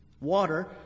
water